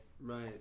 right